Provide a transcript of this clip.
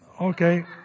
Okay